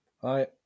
Hi